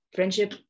Friendship